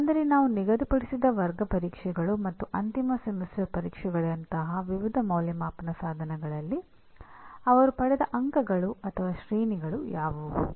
ಅಂದರೆ ನಾವು ನಿಗದಿಪಡಿಸಿದ ವರ್ಗ ಪರೀಕ್ಷೆಗಳು ಮತ್ತು ಅಂತಿಮ ಸೆಮಿಸ್ಟರ್ ಪರೀಕ್ಷೆಗಳಂತಹ ವಿವಿಧ ಅಂದಾಜುವಿಕೆ ಸಾಧನಗಳಲ್ಲಿ ಅವರು ಪಡೆದ ಅಂಕಗಳು ಅಥವಾ ಶ್ರೇಣಿಗಳು ಯಾವುವು